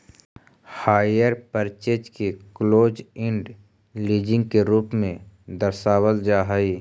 hire purchase के close end leasing के रूप में दर्शावल जा हई